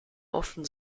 offen